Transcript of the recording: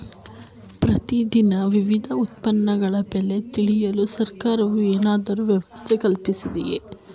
ಪ್ರತಿ ದಿನ ವಿವಿಧ ಉತ್ಪನ್ನಗಳ ಬೆಲೆ ತಿಳಿಯಲು ಸರ್ಕಾರವು ಏನಾದರೂ ವ್ಯವಸ್ಥೆ ಕಲ್ಪಿಸಿದೆಯೇ?